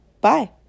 bye